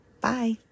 Bye